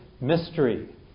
mystery